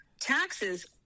Taxes